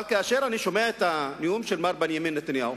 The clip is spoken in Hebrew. אבל כאשר אני שומע את הנאום של מר בנימין נתניהו,